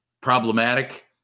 Problematic